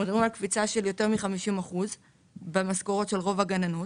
אנחנו מדברים על קפיצה של יותר מ-50 אחוזים במשכורת של רוב הגננות,